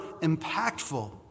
impactful